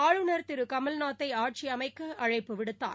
ஆளுநர் திருகமல்நாத்தைஆட்சிஅமைக்கஅழைப்பு விடுத்தார்